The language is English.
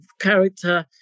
character